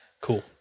cool